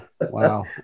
wow